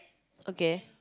okay